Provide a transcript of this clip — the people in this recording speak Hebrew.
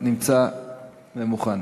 (מכר ושיווק של גז טבעי על-ידי מזקק נפט),